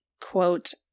quote